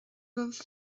agaibh